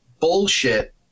bullshit